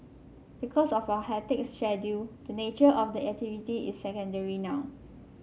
because of our hectic schedule the nature of the activity is secondary now